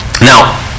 Now